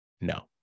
no